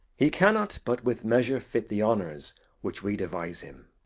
he cannot but with measure fit the honours which we devise him.